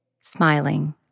smiling